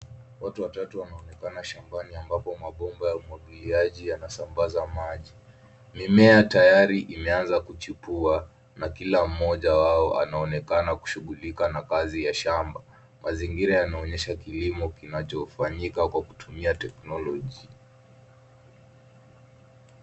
Watu watatu wanaonekana shambani ambapo mabomba ya umwagiliaji yanasambaza maji. Mimea tayari imeanza kuchipuka na kila mmoja wao anaonekana kushughulika na kazi ya shamba. Mazingira yanaonyesha kilimo kinachofanyika kwa kutumia technology .